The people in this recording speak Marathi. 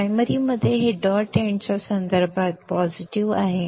प्रायमरी मध्ये हे डॉट एंडच्या संदर्भात पॉझिटिव्ह आहे